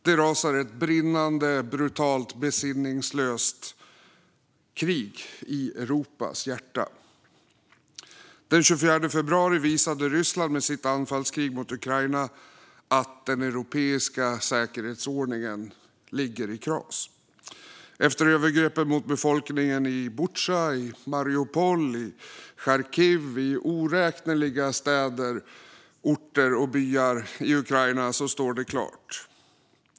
Det rasar ett brinnande, brutalt och besinningslöst krig i Europas hjärta. Den 24 februari visade Ryssland med sitt anfallskrig mot Ukraina att den europeiska säkerhetsordningen ligger i kras. Efter övergreppen mot befolkningen i Butja, i Mariupol, i Charkiv och i oräkneliga städer, orter och byar i Ukraina står det klart.